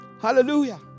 Hallelujah